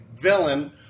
villain